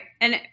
And-